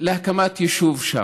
להקים יישוב שם,